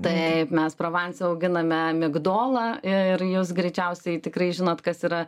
taip mes provanse auginame migdolą ir jūs greičiausiai tikrai žinot kas yra